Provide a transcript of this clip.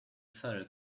photo